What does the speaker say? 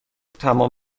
تمام